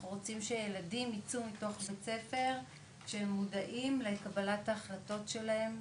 אנחנו רוצים שהילדים יצאו מתוך בית הספר שהם מודעים לקבלת ההחלטות שלהם,